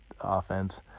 offense